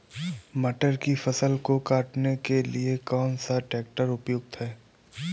मटर की फसल को काटने के लिए कौन सा ट्रैक्टर उपयुक्त है?